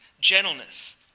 gentleness